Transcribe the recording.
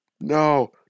no